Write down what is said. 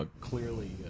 clearly